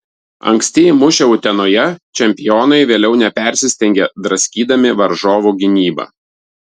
anksti įmušę utenoje čempionai vėliau nepersistengė draskydami varžovų gynybą